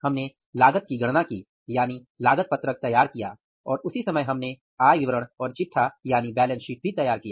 हमने लागत की गणना की यानी लागत पत्रक तैयार किया और उसी समय हमने आय विवरण और चिट्ठा यानी बैलेंस शीट भी तैयार किया